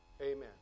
Amen